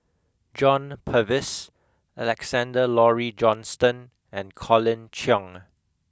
John Purvis Alexander Laurie Johnston and Colin Cheong